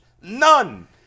None